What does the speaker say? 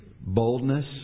boldness